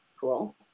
cool